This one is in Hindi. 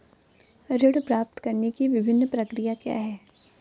ऋण प्राप्त करने की विभिन्न प्रक्रिया क्या हैं?